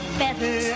better